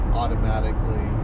automatically